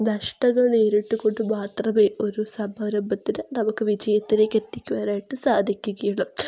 നഷ്ടങ്ങൾ നേരിട്ടുകൊണ്ട് മാത്രമെ ഒരു സംരംഭത്തിനെ നമുക്ക് വിജയത്തിലേക്കെത്തിക്കുവാനായിട്ട് സാധിക്കുകയുള്ളു